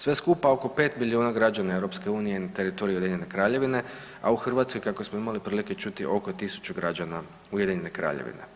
Sve skupa oko 5 milijuna građana EU je na teritoriju Ujedinjene Kraljevine, a u Hrvatskoj je kako smo imali prilike čuti oko 1.000 građana Ujedinjene Kraljevine.